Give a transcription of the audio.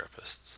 therapists